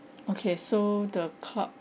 okay so the club